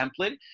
template